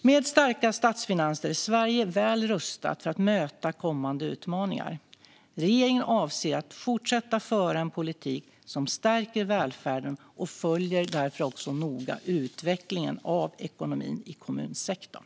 Med starka statsfinanser är Sverige väl rustat för att möta kommande utmaningar. Regeringen avser att fortsätta föra en politik som stärker välfärden och följer därför noga utvecklingen av ekonomin i kommunsektorn.